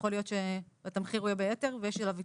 יכול להיות שהתמחיר יהיה ביתר ויש עליו התחשבנות.